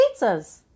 pizzas